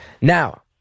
Now